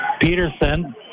Peterson